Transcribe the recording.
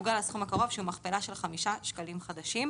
מעוגל לסכום הקרוב שהוא מכפלה של חמישה שקלים חדשים.